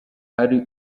ari